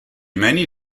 many